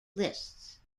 lists